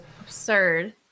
Absurd